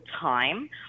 time